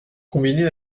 combiné